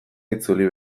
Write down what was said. itzuli